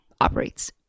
operates